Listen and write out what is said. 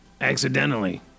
accidentally